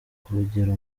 urugero